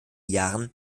jahren